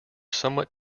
somewhat